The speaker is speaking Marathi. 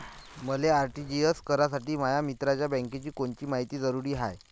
मले आर.टी.जी.एस करासाठी माया मित्राच्या बँकेची कोनची मायती जरुरी हाय?